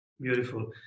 Beautiful